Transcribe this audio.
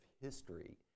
history